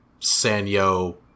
Sanyo